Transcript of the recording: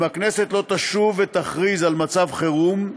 אם הכנסת לא תשוב ותכריז על מצב חירום,